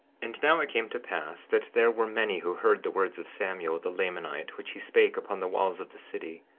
and now, it came to pass that there were many who heard the words of samuel, the lamanite, which he spake upon the walls of the city.